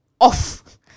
off